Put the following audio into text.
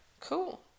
Cool